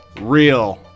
Real